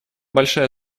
большая